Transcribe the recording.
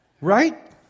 Right